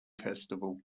festival